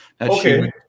Okay